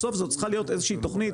בסוף זאת צריכה להיות איזושהי תוכנית,